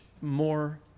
more